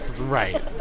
Right